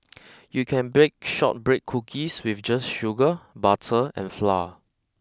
you can bake shortbread cookies just with sugar butter and flour